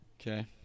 Okay